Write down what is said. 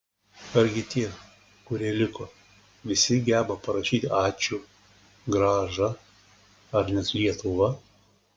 argi tie kurie liko visi geba parašyti ačiū grąža ar net lietuva